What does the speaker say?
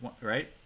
Right